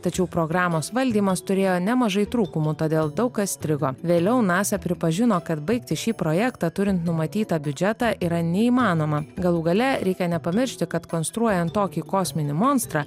tačiau programos valdymas turėjo nemažai trūkumų todėl daug kas strigo vėliau nasa pripažino kad baigti šį projektą turint numatytą biudžetą yra neįmanoma galų gale reikia nepamiršti kad konstruojant tokį kosminį monstrą